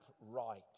right